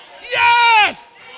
Yes